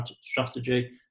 strategy